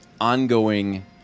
ongoing